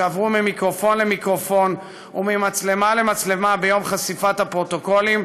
שעברו ממיקרופון למיקרופון וממצלמה למצלמה ביום חשיפת הפרוטוקולים,